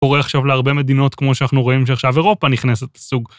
קורה עכשיו להרבה מדינות, כמו שאנחנו רואים שעכשיו אירופה נכנסת לסוג.